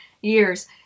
years